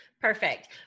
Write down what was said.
Perfect